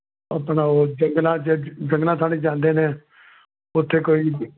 ਆਪਣਾ ਉਹ ਜੰਗਲਾਂ ਜ ਜੰਗਲਾਂ ਥਾਣੀ ਜਾਂਦੇ ਨੇ ਉੱਥੇ ਕੋਈ